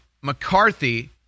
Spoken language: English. McCarthy